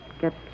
get